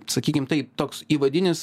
sakykim taip toks įvadinis